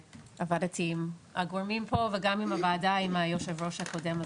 עבדתי עם הגורמים פה וגם עם הוועדה עם היושב ראש הקודם,